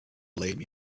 blame